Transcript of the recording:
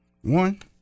One